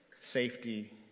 safety